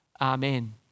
Amen